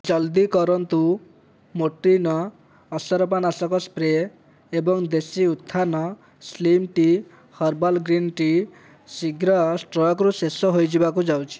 ଜଲ୍ଦି କରନ୍ତୁ ମୋର୍ଟିନ ଅସରପା ନାଶକ ସ୍ପ୍ରେ ଏବଂ ଦେଶୀ ଉତ୍ଥାନ slim tea herbal green tea ଶୀଘ୍ର ଷ୍ଟକ୍ରୁ ଶେଷ ହୋଇଯିବାକୁ ଯାଉଛି